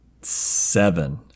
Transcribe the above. seven